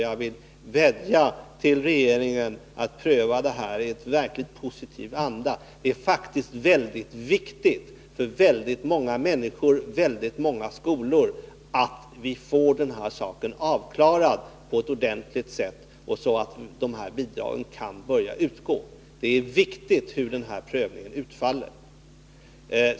Jag vill vädja till regeringen att pröva detta i verkligt positiv anda. Det är faktiskt mycket viktigt för väldigt många människor och skolor att den här frågan blir avklarad på ett ordentligt sätt, så att dessa bidrag kan börja utgå. Det är viktigt hur denna prövning utfaller.